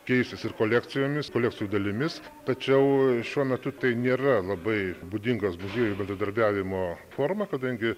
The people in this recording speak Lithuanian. keistis ir kolekcijomis kolekcijų dalimis tačiau šiuo metu tai nėra labai būdingos muziejų bendradarbiavimo forma kadangi